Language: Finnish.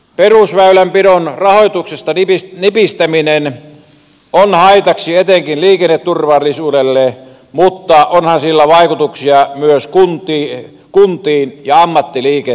perusväylänpidon rahoituksesta nipistäminen on haitaksi etenkin liikenneturvallisuudelle mutta onhan sillä vaikutuksia myös kuntiin ja ammattiliikenteeseen